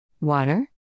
Water